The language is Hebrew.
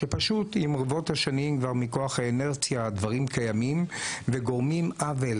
שפשוט עם רבות השנים ומכוח האינרציה הדברים קיימים וגורמים עוול,